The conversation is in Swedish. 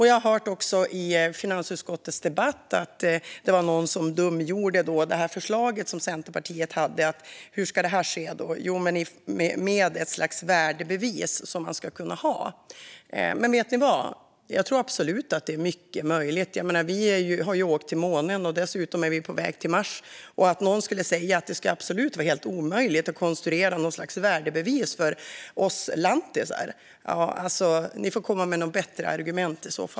Jag hörde i finansutskottets debatt att någon dumförklarade det förslag som Centerpartiet hade, nämligen att detta ska ske genom ett slags värdebevis som människor ska kunna ha. Men vet ni vad? Jag tror absolut att det är möjligt. Vi har ju åkt till månen, och dessutom är vi på väg till Mars. Om någon skulle säga att det är helt omöjligt att konstruera något slags värdebevis för oss lantisar får den i så fall komma med något bättre argument.